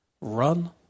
run